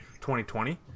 2020